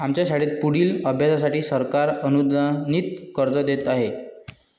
आमच्या शाळेत पुढील अभ्यासासाठी सरकार अनुदानित कर्ज देत आहे